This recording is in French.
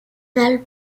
finales